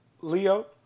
Leo